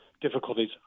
difficulties